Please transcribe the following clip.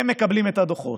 והם מקבלים את הדוחות.